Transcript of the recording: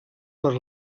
per